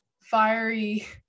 fiery